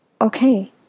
okay